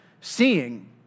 seeing